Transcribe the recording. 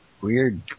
weird